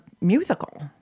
musical